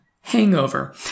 hangover